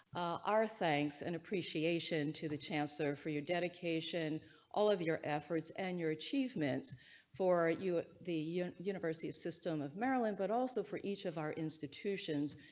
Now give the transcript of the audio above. our thanks and appreciation to the chance. sir for your dedication all of your efforts and your achievements for you at the university of system of maryland. but also for each of our institutions.